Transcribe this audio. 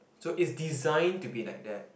so it's designed to be like that